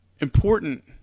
important